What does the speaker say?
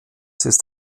ist